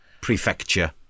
prefecture